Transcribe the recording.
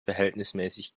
verhältnismäßig